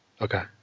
Okay